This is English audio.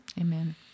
Amen